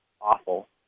awful